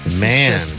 Man